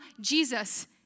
Jesus